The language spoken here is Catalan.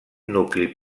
nucli